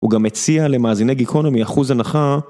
הוא גם הציע למאזיני גיקונומי אחוז הנחה.